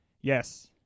yes